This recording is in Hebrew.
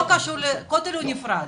הכותל הוא נפרד.